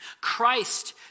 Christ